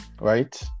Right